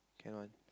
can one